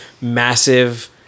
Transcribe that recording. massive